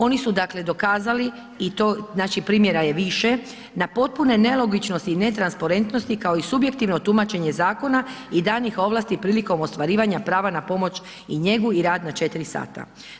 Oni su dakle, dokazali i to primjera je više, na potpuno nelogičnosti i netransparentnosti, kao i subjektivno tumačenje zakona i danih ovlasti prilikom ostvarivanja prava na pomoć i njegu i rad na 4 sata.